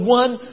one